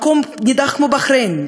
מקום נידח כמו בחריין,